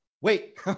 Wait